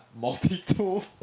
multi-tool